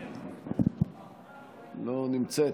לא נמצאת,